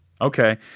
Okay